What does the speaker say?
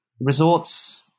resorts